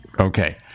Okay